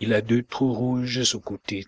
il a deux trous rouges au côté